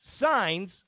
Signs